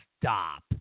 stop